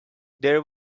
there